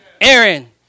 Aaron